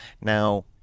Now